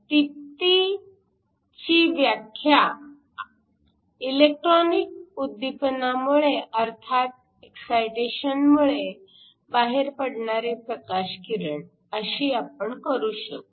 दीप्तीची व्याख्या इलेक्ट्रॉनिक उद्दीपनामुळे अर्थात एक्सायटेशनमुळे बाहेर पडणारे प्रकाश किरण अशी आपण करू शकू